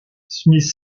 smith